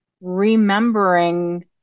remembering